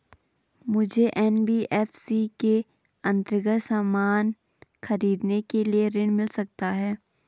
मुझे एन.बी.एफ.सी के अन्तर्गत सामान खरीदने के लिए ऋण मिल सकता है?